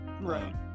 right